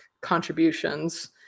contributions